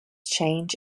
change